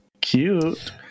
cute